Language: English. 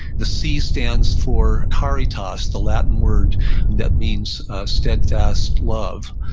the c stands for caritas, the latin word that means a steadfast love.